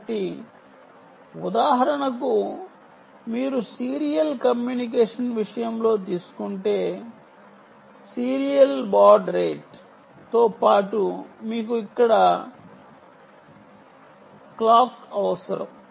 కాబట్టి ఉదాహరణకు మీరు సీరియల్ కమ్యూనికేషన్ విషయంలో తీసుకుంటే సీరియల్ బాడ్ రేట్ తో పాటు మీకు ఇక్కడ క్లాక్ అవసరం